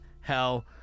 Hell